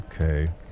Okay